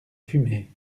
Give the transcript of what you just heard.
fumée